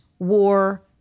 War